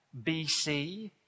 BC